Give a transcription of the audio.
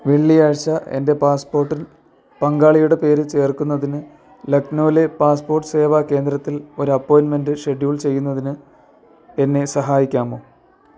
വെള്ളിയാഴ്ച എൻ്റെ പാസ്പോർട്ടിൽ പങ്കാളിയുടെ പേര് ചേർക്കുന്നതിന് ലക്നൗവിലെ പാസ്പോർട്ട് സേവാ കേന്ദ്രത്തിൽ ഒരു അപ്പോയിൻമെൻ്റ് ഷെഡ്യൂൾ ചെയ്യുന്നതിന് എന്നെ സഹായിക്കാമോ